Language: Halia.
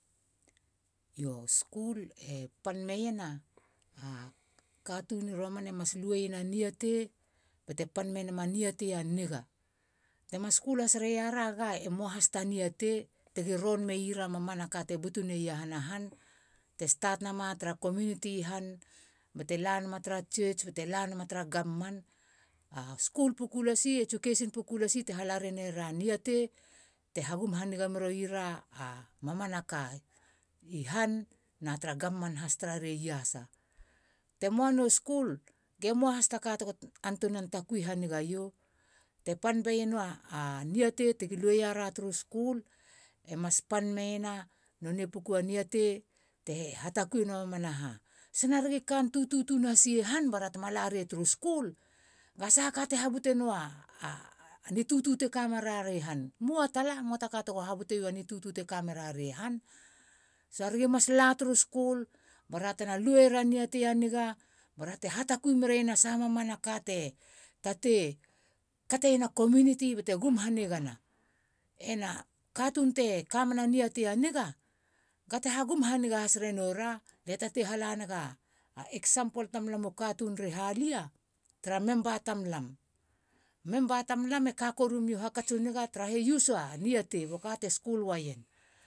Yo. skul e pan meiena katun i romana mas luena niatei bate pan menama niatei a niga tena skul hasriara ga e moa has ta niatei tigi ron meiara mamana ka te butuni iahana han te start ma tara community bate lanama tara church bate lanama tara gaav man. a skul puku lasi. Education puku lasi te hala neiera niatei te hagum haniga merowi ra a mamana ka i han tara gav man has tarare iasa te muano skul ge moa hasta ka tego antunan takui haniga io. te pan beiena a niatei tigi lu romaneiara turu skul. e mas pan meiena. nonei puku lahas te hatakui e no a mamana ka. sana ragi kantutu tun has i han bara tena lari turu skul ga sahaka te habute noua ni tutu te kameri han. moata tala. muata ka tego haputenou a. So. ragi mas la turu skul batena luera niatei bara te hatakui meren a saha mamana ka te kateiena community. bante gum haniganaena. ena katun te kamena na te hagum haniga has ranoura. lie tate hala nega. lia tate hala nega example tara lam u katun ri halia tara member tara lam. Member tara lam e ka koru meia hakats a niga. a niatei. boka. te skul wa ien.